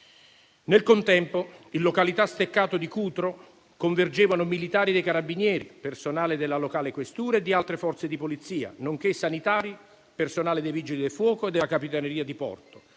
Nel contempo, in località Steccato di Cutro, convergevano militari dei carabinieri, personale della locale questura e di altre Forze di polizia, nonché sanitari, personale dei Vigili del fuoco e della capitaneria di porto.